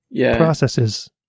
processes